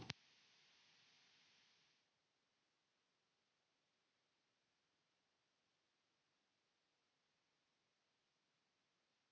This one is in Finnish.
Kiitos.